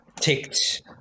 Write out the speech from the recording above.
ticked